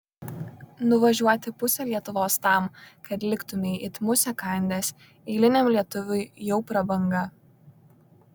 nuvažiuoti pusę lietuvos tam kad liktumei it musę kandęs eiliniam lietuviui jau prabanga